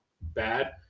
bad